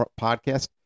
podcast